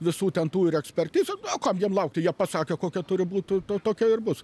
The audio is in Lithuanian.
visų ten tų ir ekspertizių o kam jiems laukti jie pasakė kokia turi būti tokia ir bus